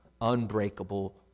unbreakable